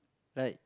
like